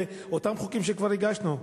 ואותם חוקים שכבר הגשנו,